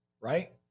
right